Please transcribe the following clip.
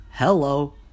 Hello